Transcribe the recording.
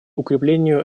укреплению